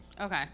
Okay